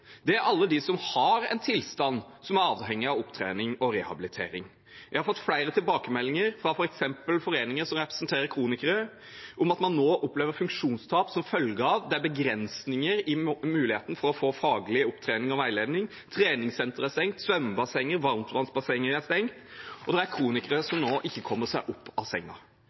er en kanskje enda større utfordring, er alle de som har en tilstand som er avhengig av opptrening og rehabilitering. Jeg har fått flere tilbakemeldinger, f.eks. fra foreningen som representerer kronikere, om at man nå opplever funksjonstap som følge av at det er begrensninger i muligheten til å få faglig opptrening og veiledning. Treningssentre er stengt, svømmebassenger og varmtvannsbassenger er stengt, og det er kronikere som nå ikke kommer seg opp av senga.